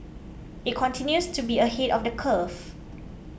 it continues to be ahead of the curve